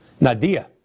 Nadia